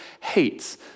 hates